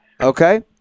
Okay